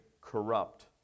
corrupt